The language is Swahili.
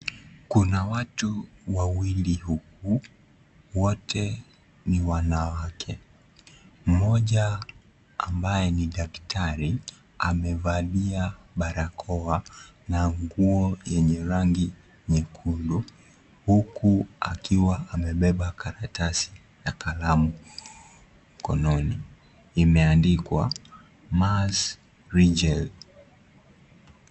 Kuna watu wawili huku wote ni wanawake, moja ambaye ni daktari amevalia barakoa na nguo yenye rangi nyekundu, huku akiwa amebeba karatasi na kalamu mkononi imeandikwa mass bridges .